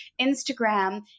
Instagram